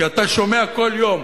כי אתה שומע כל יום